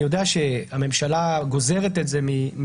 אני יודע שהממשלה גוזרת את זה מ-8(א)(1ׂ),